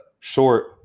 Short